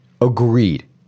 Agreed